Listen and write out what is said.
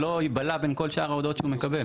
כדי שזה לא ייבלע בין כל שאר ההודעות שהוא מקבל.